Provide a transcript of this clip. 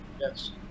yes